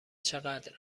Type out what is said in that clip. چقدر